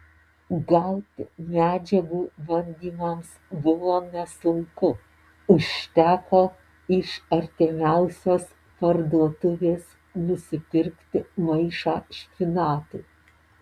gauti medžiagų bandymams buvo nesunku užteko iš artimiausios parduotuvės nusipirkti maišą špinatų